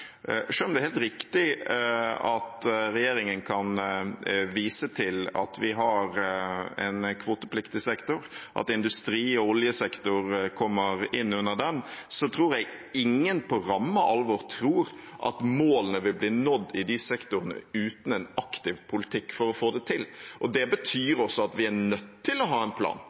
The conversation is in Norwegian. regjeringen kan vise til at vi har en kvotepliktig sektor, og at industrien og oljesektoren kommer inn under den, tror jeg ingen på ramme alvor tror at målene vil bli nådd i de sektorene uten en aktiv politikk for å få det til. Det betyr at vi er nødt til å ha en plan